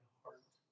heart